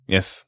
Yes